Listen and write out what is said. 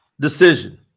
decision